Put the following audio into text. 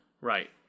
Right